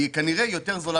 כנראה יותר זולה.